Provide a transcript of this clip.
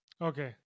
Okay